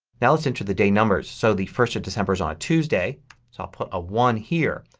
now let's enter the day numbers. so the first of december is on a tuesday so i'll put a one here.